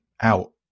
out